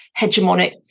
hegemonic